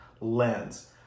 lens